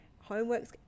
homework's